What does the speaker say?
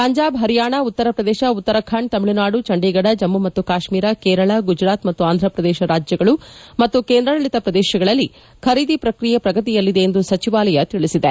ಪಂಜಾಬ್ ಹರಿಯಾಣ ಉತ್ತರ ಪ್ರದೇಶ ಉತ್ತರಾಖಂದ ತಮಿಳುನಾದು ಚಂದೀಗದ ಜಮ್ಮು ಮತ್ತು ಕಾಶ್ಮೀರ ಕೇರಳ ಗುಜರಾತ್ ಮತ್ತು ಆಂಧ್ರಪ್ರದೇಶ ರಾಜ್ಯಗಳು ಮತ್ತು ಕೇಂದ್ರಾಡಳಿತ ಪ್ರದೇಶಗಳಲ್ಲಿ ಖರೀದಿ ಪ್ರಕ್ರಿಯೆ ಪ್ರಗತಿಯಲ್ಲಿದೆ ಎಂದು ಸಚಿವಾಲಯ ತಿಳಿಸಿದೆ